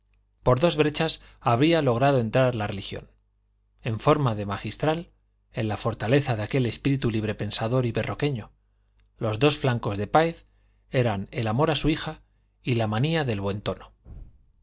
por dos brechas había logrado entrar la religión en forma de magistral en la fortaleza de aquel espíritu libre-pensador y berroqueño los dos flacos de páez eran el amor a su hija y la manía del buen tono